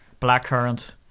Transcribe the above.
blackcurrant